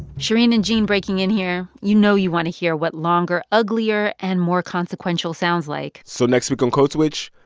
shereen and gene breaking in here. you know you want to hear what longer, uglier and more consequential sounds like so next week on code switch,